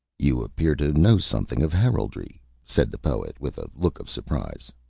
you appear to know something of heraldry, said the poet, with a look of surprise.